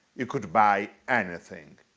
you could buy anything,